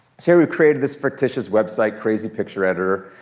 here we've created this fictitious website crazy picture editor,